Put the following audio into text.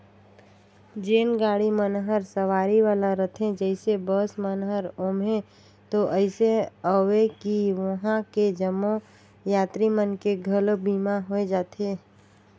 जेन गाड़ी मन हर सवारी वाला रथे जइसे बस मन हर ओम्हें तो अइसे अवे कि वंहा के जम्मो यातरी मन के घलो बीमा होय जाथे